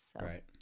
Right